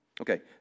Okay